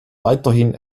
weiterhin